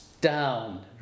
down